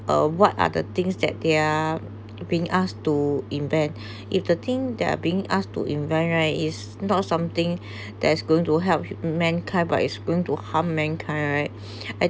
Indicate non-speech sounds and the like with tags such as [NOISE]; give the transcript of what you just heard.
uh what other things that they are being asked to invent [BREATH] if the thing there are being asked to invite right is not something that's going to help mankind by is going to harm mankind right [BREATH] I